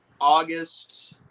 August